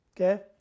okay